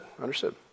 understood